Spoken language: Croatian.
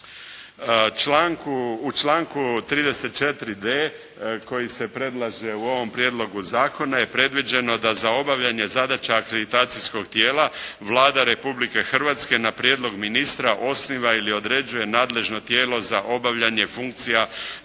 U članku 34.d koji se predlaže u ovom prijedlogu zakona je predviđeno da za obavljanje zadaća akreditacijskog tijela Vlada Republike Hrvatske na prijedlog ministra osniva ili određuje nadležno tijelo za obavljanje funkcija